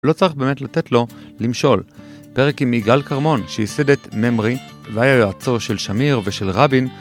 לא צריך באמת לתת לו למשול. פרק עם יגאל כרמון שייסד את ממרי והיה יועצו של שמיר ושל רבין